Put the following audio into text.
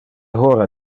hora